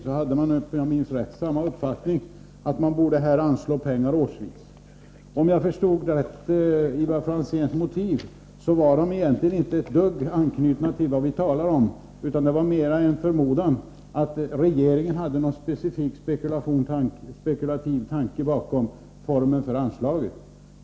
Såvitt jag förstår, var Ivar Franzéns motiv inte ett dugg anknutna till vad vi talar om utan mera en förmodan att regeringen hade någon spekulativ tanke bakom formen för anslaget.